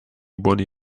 buoni